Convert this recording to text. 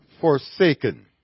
forsaken